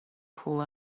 pool